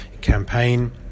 Campaign